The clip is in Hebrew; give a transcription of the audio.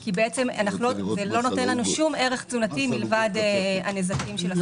כי זה לא נותן לנו שום ערך תזונתי מלבד הנזקים של הסוכר.